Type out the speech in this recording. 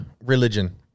religion